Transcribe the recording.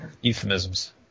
euphemisms